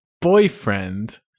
boyfriend